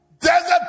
desert